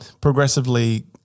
progressively